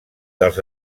dels